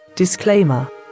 disclaimer